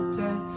dead